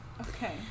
Okay